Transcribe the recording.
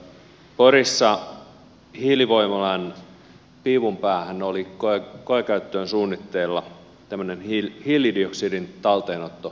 porissa hiilivoimalan piipun päähän oli koekäyttöön suunnitteilla tämmöinen hiilidioksidin talteenottolaite